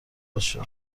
باشه